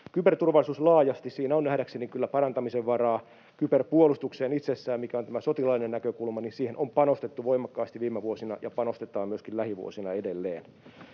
Kyberturvallisuus laajasti — siinä on nähdäkseni kyllä parantamisen varaa. Kyberpuolustukseen itsessään, siihen, mikä on tämä sotilaallinen näkökulma, on panostettu voimakkaasti viime vuosina ja panostetaan myöskin lähivuosina edelleen.